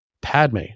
Padme